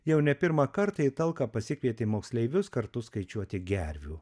jau ne pirmą kartą į talką pasikvietė moksleivius kartu skaičiuoti gervių